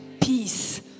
Peace